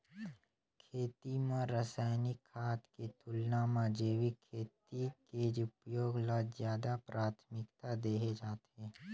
खेती म रसायनिक खाद के तुलना म जैविक खेती के उपयोग ल ज्यादा प्राथमिकता देहे जाथे